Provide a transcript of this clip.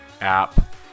app